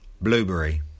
Blueberry